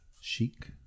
chic